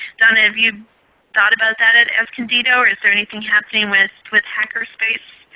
donna, have you thought about that at escondido or is there anything happening with with hackerspace,